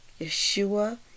Yeshua